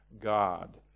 God